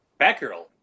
Batgirl